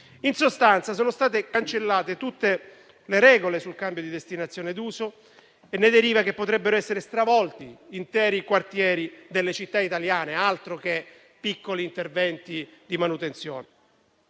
In sostanza, sono state cancellate tutte le regole sul cambio di destinazione d'uso; ne deriva che potrebbero essere stravolti interi quartieri delle città italiane. Altro che piccoli interventi di manutenzione.